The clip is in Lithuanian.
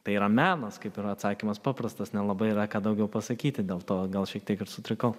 tai yra menas kaip ir atsakymas paprastas nelabai yra ką daugiau pasakyti dėl to gal šiek tiek sutrikau